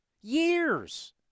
years